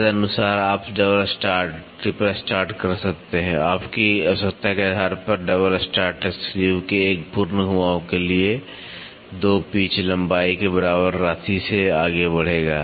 तदनुसार आप double start triple start कर सकते हैं आपकी आवश्यकता के आधार पर डबल स्टार्ट स्क्रू के एक पूर्ण घुमाव के लिए 2 पिच लंबाई के बराबर राशि से आगे बढ़ेगा